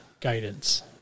Guidance